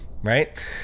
right